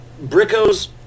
Bricko's